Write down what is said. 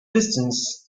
distance